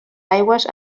aigües